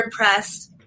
WordPress